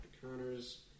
Connors